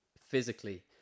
physically